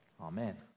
Amen